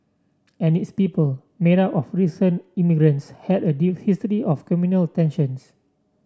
and its people made up of recent immigrants had a history of communal tensions